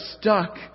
stuck